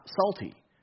salty